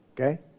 Okay